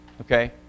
okay